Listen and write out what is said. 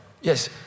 Yes